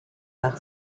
par